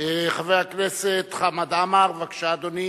חבר הכנסת חמד עמאר, בבקשה, אדוני.